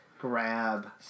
grab